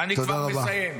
אני כבר מסיים.